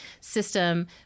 system